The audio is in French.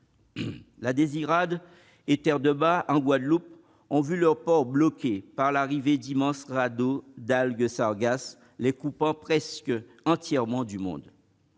la Désirade et de Terre-de-Bas, en Guadeloupe, ont vu leurs ports bloqués par l'arrivée d'immenses radeaux d'algues sargasses, les coupant presque entièrement du monde.